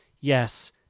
yes